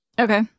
Okay